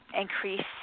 increase